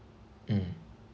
mm